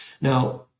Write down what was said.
Now